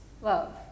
love